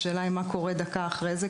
השאלה היא מה קורה דקה אחרי זה,